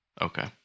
Okay